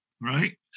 right